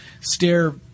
stare